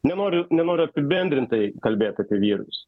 nenoriu nenoriu apibendrintai kalbėt apie vyrus